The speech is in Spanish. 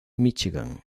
michigan